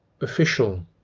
official